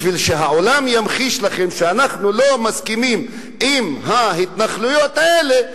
בשביל שהעולם ימחיש לכם שאנחנו לא מסכימים עם ההתנחלויות האלה,